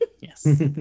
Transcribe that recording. Yes